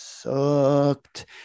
sucked